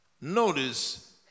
Notice